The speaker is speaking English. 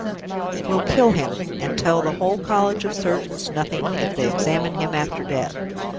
will kill him, and tell the whole college of surgeons nothing, if they examine him after death,